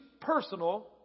personal